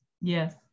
Yes